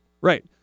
Right